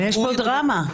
אבל יש פה דרמה.